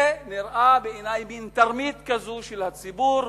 זה נראה בעיני מין תרמית כזאת של הציבור,